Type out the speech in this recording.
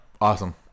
Awesome